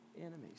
enemies